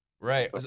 Right